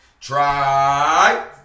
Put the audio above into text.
try